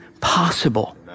possible